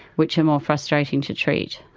which are more frustrating to treat.